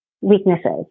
weaknesses